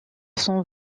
son